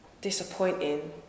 disappointing